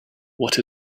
what